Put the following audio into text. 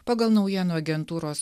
pagal naujienų agentūros